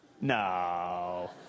No